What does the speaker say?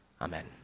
Amen